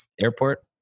airport